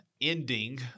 ending